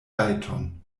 rajton